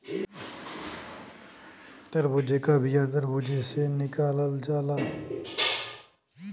तरबूजे का बिआ तर्बूजे से निकालल जाला